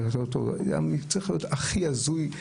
צריך להיות הכי הזוי,